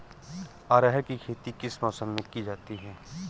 अरहर की खेती किस मौसम में की जाती है?